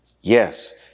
Yes